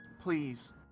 please